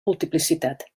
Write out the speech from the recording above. multiplicitat